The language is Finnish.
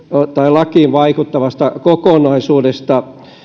lakiin vaikuttavasta kokonaisuudesta